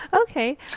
okay